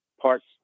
parts